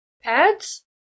Pads